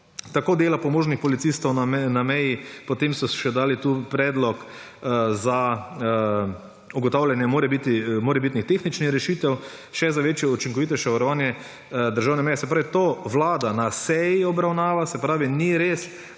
tako dela pomožnih policistov na meji, potem so še dali tukaj predlog za ugotavljanje morebitnih tehnični rešitev še za večjo učinkovitejše varovanje državne meje. Se pravi, to Vlada na seji obravnava; se pravi, ni res,